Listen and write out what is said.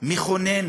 מכונן